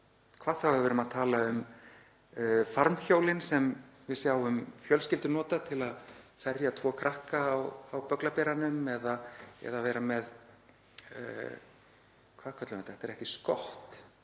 hvað þá ef við erum að tala um farmhjólin sem við sjáum fjölskyldur nota til að ferja tvo krakka á bögglaberanum eða vera með — hvað köllum við þetta? Þetta er ekki skott